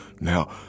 Now